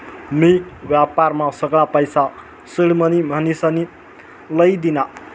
मी व्यापारमा सगळा पैसा सिडमनी म्हनीसन लई दीना